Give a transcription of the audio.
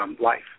life